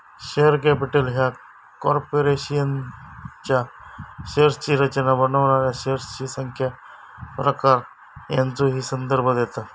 share capital ह्या कॉर्पोरेशनच्या शेअर्सची रचना बनवणाऱ्या शेअर्सची संख्या, प्रकार यांचो ही संदर्भ देता